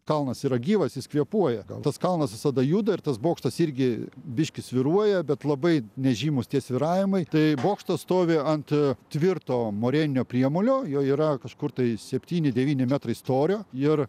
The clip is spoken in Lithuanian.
kalnas yra gyvas jis kvėpuoja gal tas kalnas visada juda ir tas bokštas irgi biškį svyruoja bet labai nežymūs tie svyravimai tai bokštas stovi ant tvirto moreninio priemolio jo yra kažkur tai septyni devyni metrai storio ir